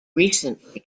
recently